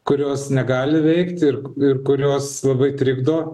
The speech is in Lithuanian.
kurios negali veikt ir ir kurios labai trikdo